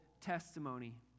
testimony